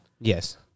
Yes